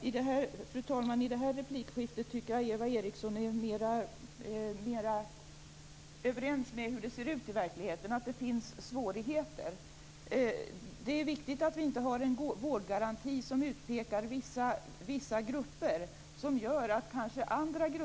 Fru talman! I den här repliken var Eva Eriksson mera överens med hur det ser ut i verkligheten, att det finns svårigheter. Det är viktigt att man inte har en vårdgaranti som utpekar vissa grupper.